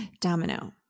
domino